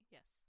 Yes